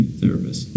therapist